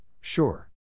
Sure